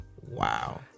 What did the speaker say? wow